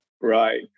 Right